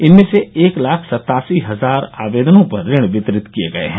इनमें से एक लाख सत्तासी हजार आवेदनों पर ऋण वितरित किए गए हैं